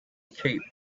cape